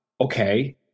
Okay